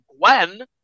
Gwen